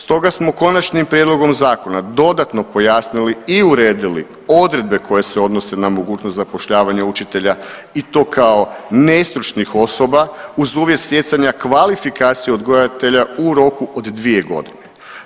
Stoga smo konačnim prijedlogom zakona dodatno pojasnili i uredili odredbe koje se odnose na mogućnost zapošljavanja učitelja i to kao nestručnih osoba uz uvjet stjecanja kvalifikacije odgajatelja u roku od dvije godine.